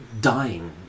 dying